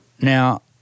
Now